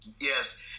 Yes